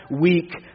weak